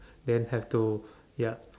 then have to ya